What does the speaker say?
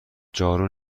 جارو